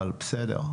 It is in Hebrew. אבל בסדר.